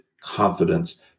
confidence